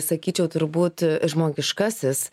sakyčiau turbūt žmogiškasis